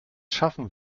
schaffen